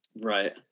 Right